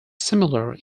similar